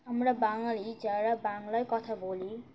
আমরা বাঙালি যারা বাংলায় কথা বলি